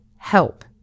help